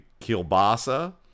kielbasa